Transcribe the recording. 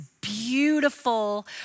beautiful